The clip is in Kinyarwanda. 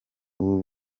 ubu